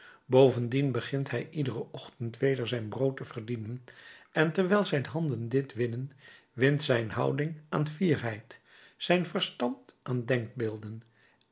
bovendien begint hij iederen ochtend weder zijn brood te verdienen en terwijl zijn handen dit winnen wint zijn houding aan fierheid zijn verstand aan denkbeelden